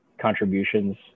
contributions